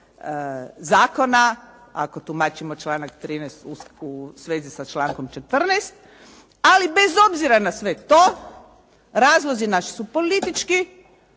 zakona ako tumačimo članak 13. u svezi sa člankom 14. Ali bez obzira na sve to, razlozi naši su politički